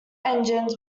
engines